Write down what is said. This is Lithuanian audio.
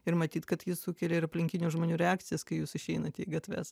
ir matyt kad ji sukelia ir aplinkinių žmonių reakcijas kai jūs išeinate į gatves